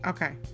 Okay